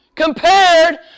compared